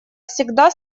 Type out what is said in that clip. всегда